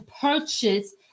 purchase